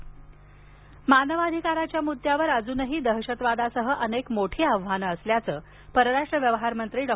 जयशंकर मानवाधिकाराच्या मुदद्द्यावर अजूनही दहशतवादासह अनेक मोठी आव्हानं असल्याचं परराष्ट्र व्यवहार मंत्री डॉ